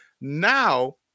Now